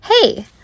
Hey